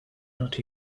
not